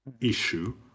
issue